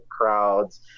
crowds